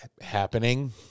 happening